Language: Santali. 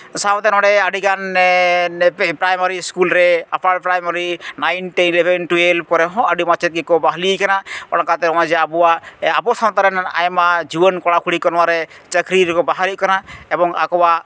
ᱥᱟᱶᱛᱮ ᱱᱚᱸᱰᱮ ᱟᱹᱰᱤᱜᱟᱱ ᱯᱨᱟᱭᱢᱟᱨᱤ ᱤᱥᱠᱩᱞ ᱨᱮ ᱟᱯᱟᱨ primary nine ten eleven twelve ᱠᱚᱨᱮ ᱦᱚᱸ ᱟᱹᱰᱤ ᱢᱟᱪᱮᱫ ᱜᱮᱠᱚ ᱵᱟᱦᱞᱤ ᱟᱠᱟᱱᱟ ᱱᱚᱝᱠᱟᱛᱮ ᱱᱚᱜᱼᱚᱭ ᱡᱮ ᱟᱵᱚᱣᱟᱜ ᱟᱵᱚ ᱥᱟᱶᱛᱟ ᱨᱮᱱ ᱟᱭᱢᱟ ᱡᱩᱣᱟᱹᱱ ᱠᱚᱲᱟ ᱠᱩᱲᱤ ᱠᱚ ᱱᱚᱣᱟᱨᱮ ᱪᱟᱹᱠᱨᱤ ᱨᱮᱠᱚ ᱵᱟᱦᱟᱞᱤᱜ ᱠᱟᱱᱟ ᱮᱵᱚᱝ ᱟᱠᱚᱣᱟᱜ